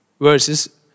verses